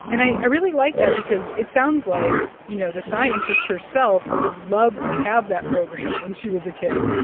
and i really like that because it sounds like, you know, the scientist herself would've loved to have that program when she was a kid.